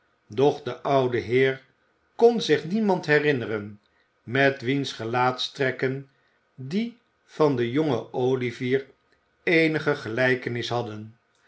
doch de oude heer kon zich niemand herinneren met wiens gelaatstrekken die van den jongen olivier eenige gelijkenis hadden